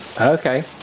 Okay